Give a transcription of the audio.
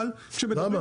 אבל -- למה?